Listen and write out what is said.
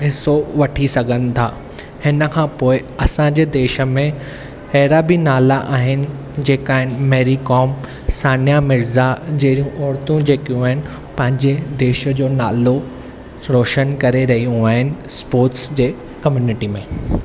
हिस्सो वठी सघंनि था हिन खां पोई असांजे देश में अहिड़ा बि नाला आहिनि जेका मैरी कॉम सानिया मिर्ज़ा जहिड़ियूं औरतूं जेकियूं आहिनि पंहिंजे देश जो नालो रोशन करे रहियूं आहिनि स्पोर्ट्स जे कम्यूनिटी में